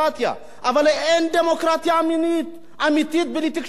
אבל אין דמוקרטיה אמיתית בלי תקשורת חופשית,